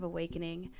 Awakening